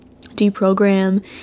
deprogram